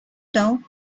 doubt